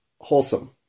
wholesome